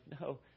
No